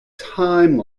time